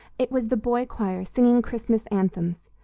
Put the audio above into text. it was the boy-choir singing christmas anthems.